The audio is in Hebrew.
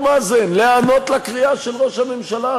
מאזן להיענות לקריאה של ראש הממשלה,